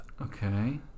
Okay